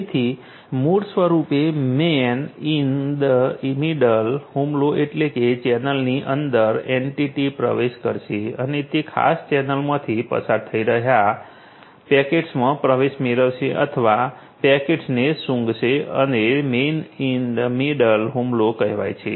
તેથી મૂળરૂપે man in the middle હુમલો એટલે કે ચેનલની અંદર એન્ટિટી પ્રવેશ કરશે અને એ ખાસ ચેનલમાંથી પસાર થઈ રહ્યા પેકેટ્સમાં પ્રવેશ મેળવશે અથવા પેકેટ્સને સુંઘશે એને મેન ઈન દ મિડલ હુમલો કહેવાય છે